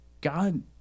God